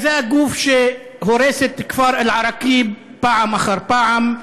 זה הגוף שהורס את כפר אל-עראקיב פעם אחר פעם,